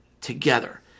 together